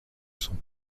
sont